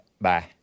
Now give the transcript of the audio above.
Bye